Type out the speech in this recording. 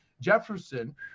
Jefferson